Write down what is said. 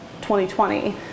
2020